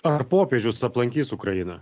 ar popiežius aplankys ukrainą